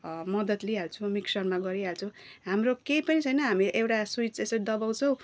मदत लिइहाल्छौँ मिक्सरमा गइहाल्छौँ हाम्रो केही पनि छैन हामी एउटा स्विच यसो दबाउँछौँ